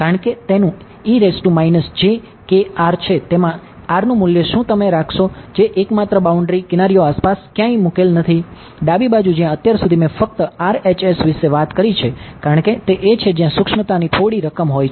તેમાં r નું શું મૂલ્ય તમે રાખશો જે એકમાત્ર બાઉન્ડ્રી ની થોડી રકમ હોય છે